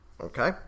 Okay